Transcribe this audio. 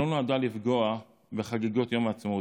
לא נועדה לפגוע בחגיגות יום העצמאות.